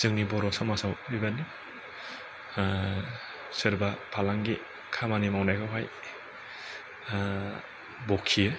जोंनि बर' समाजाव बेबादि सोरबा फालांगि खामानि मावनायाव हाय बखियो